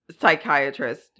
psychiatrist